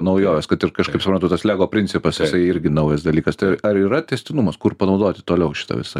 naujovės kad ir kažkaip suprantu tas lego principas jisai irgi naujas dalykas tai ar yra tęstinumas kur panaudoti toliau šitą visą